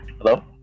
Hello